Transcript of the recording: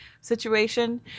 situation